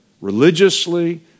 religiously